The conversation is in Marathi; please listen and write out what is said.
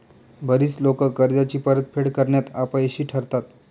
बरीच लोकं कर्जाची परतफेड करण्यात अपयशी ठरतात